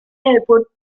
airport